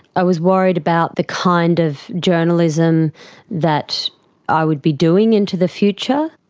i was worried about the kind of journalism that i would be doing into the future.